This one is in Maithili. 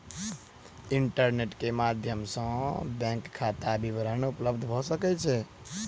इंटरनेट के माध्यम सॅ बैंक खाता विवरण उपलब्ध भ सकै छै